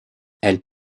elles